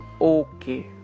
okay